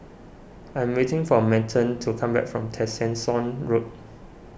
I am waiting for Merton to come back from Tessensohn Road